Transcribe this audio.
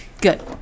good